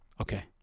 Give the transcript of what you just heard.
okay